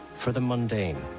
for the mundane.